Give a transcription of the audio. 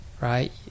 right